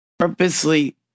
purposely